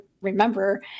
remember